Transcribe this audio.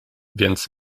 więc